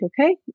okay